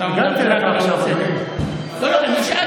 הגנתי עליך עכשיו, אדוני.